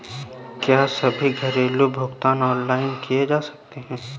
क्या सभी घरेलू भुगतान ऑनलाइन किए जा सकते हैं?